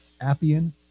Appian